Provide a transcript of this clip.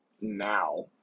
now